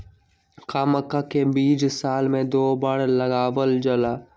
का मक्का के बीज साल में दो बार लगावल जला?